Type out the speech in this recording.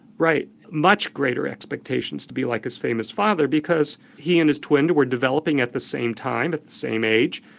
right, much greater expectations to be like his famous father. because he and his twin were developing at the same time, at the same age,